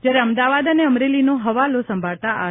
જ્યારે અમદાવાદ અને અમરેલીનો હવાલો સંભાળતા આર